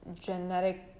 genetic